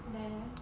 there